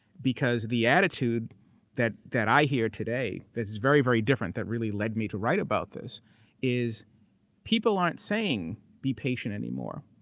because the attitude that that i hear today that's very, very different that really led me to write about this is people aren't saying be patient anymore.